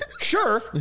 Sure